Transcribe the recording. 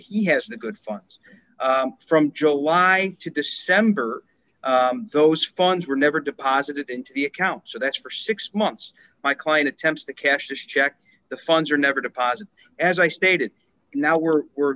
he has the good funds from july to december those funds were never deposited into the account so that for six months my client attempts to cash this check the funds are never deposit as i stated now we're we're